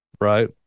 right